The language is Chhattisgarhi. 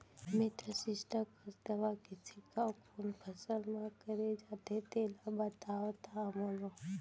मेटासिस्टाक्स दवा के छिड़काव कोन फसल म करे जाथे तेला बताओ त मोला?